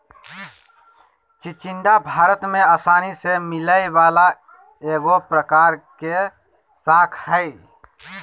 चिचिण्डा भारत में आसानी से मिलय वला एगो प्रकार के शाक हइ